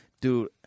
Dude